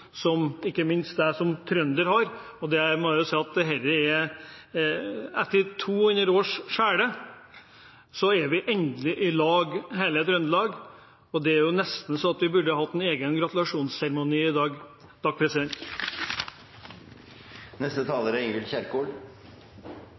som jeg som trønder har. Jeg må si at etter 200 års skille er vi endelig i lag, hele Trøndelag, og det er nesten så vi burde hatt en egen gratulasjonsseremoni i dag.